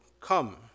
come